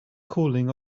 cooling